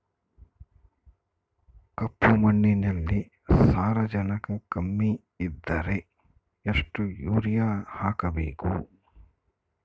ಕಪ್ಪು ಮಣ್ಣಿನಲ್ಲಿ ಸಾರಜನಕ ಕಮ್ಮಿ ಇದ್ದರೆ ಎಷ್ಟು ಯೂರಿಯಾ ಹಾಕಬೇಕು?